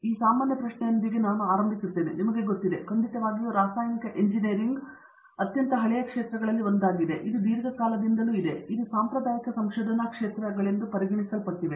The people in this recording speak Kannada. ಆದ್ದರಿಂದ ಈ ಸಾಮಾನ್ಯ ಪ್ರಶ್ನೆಯೊಂದಿಗೆ ನನಗೆ ಆರಂಭಿಸೋಣ ನಿಮಗೆ ಗೊತ್ತಿದೆ ಖಂಡಿತವಾಗಿಯೂ ರಾಸಾಯನಿಕ ಎಂಜಿನಿಯರಿಂಗ್ ಎಂಜಿನಿಯರಿಂಗ್ನ ಹಳೆಯ ಕ್ಷೇತ್ರಗಳಲ್ಲಿ ಒಂದಾಗಿದೆ ಇದು ದೀರ್ಘಕಾಲದವರೆಗೆ ಇದೆ ಇದು ಸಾಂಪ್ರದಾಯಿಕ ಸಂಶೋಧನಾ ಕ್ಷೇತ್ರಗಳೆಂದು ಪರಿಗಣಿಸಲ್ಪಟ್ಟಿದೆ